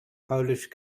polish